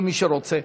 אם מישהו רוצה.